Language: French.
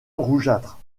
rougeâtre